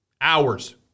Hours